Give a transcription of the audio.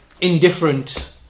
indifferent